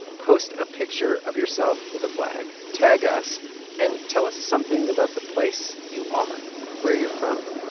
post a picture of yourself with a flag, tag us and tell us something about the place you are or where you're from.